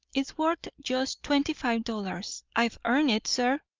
it's worth just twenty-five dollars. i've earned it, sir.